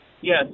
Yes